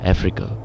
Africa